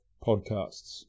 podcasts